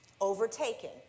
overtaking